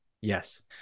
yes